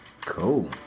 Cool